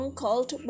called